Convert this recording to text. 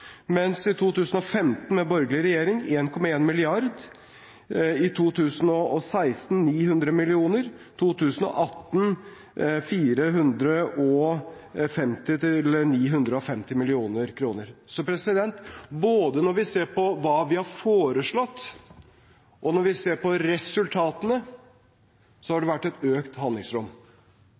mens i 2015, med borgerlig regjering, var det foreslått 1,1 mrd. kr, i 2016 900 mill. kr, i 2018 450–950 mill. kr. Så både når vi ser på hva vi har foreslått, og når vi ser på resultatene, har det vært et økt handlingsrom.